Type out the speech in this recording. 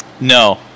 No